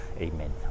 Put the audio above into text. Amen